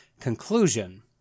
conclusion